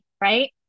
right